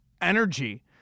energy